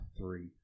three